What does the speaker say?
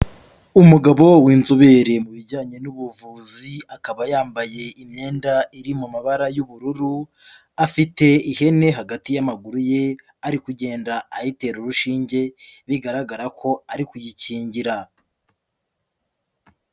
Umugabo w'inzobere mu bijyanye n'ubuvuzi, akaba yambaye imyenda iri mu mabara y'ubururu, afite ihene hagati y'amaguru ye, ari kugenda ayitera urushinge bigaragara ko ari kuyikingira.